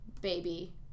baby